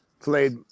played